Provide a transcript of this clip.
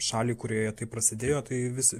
šaliai kurioje tai prasidėjo tai visi